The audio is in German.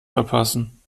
verpassen